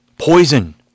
Poison